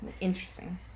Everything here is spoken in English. Interesting